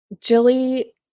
Jilly